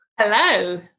Hello